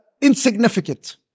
insignificant